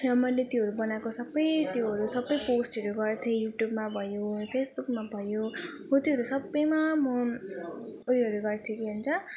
र मैले त्योहरू बनाएको सब त्योहरू सब पोस्टहरू गर्थेँ युट्युबमा भयो फेसबुकमा भयो हो त्योहरू सबमा म उयोहरू गर्थेँ के भन्छ